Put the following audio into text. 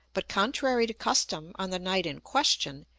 but, contrary to custom on the night in question,